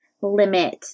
limit